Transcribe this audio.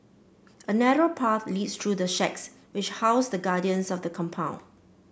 a narrow path leads through the shacks which house the guardians of the compound